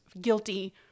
guilty